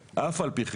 ואף על פי כן,